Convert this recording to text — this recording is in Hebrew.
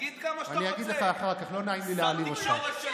תגיד כמה שאתה רוצה, שר התקשורת של